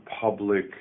public